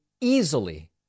easily